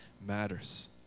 matters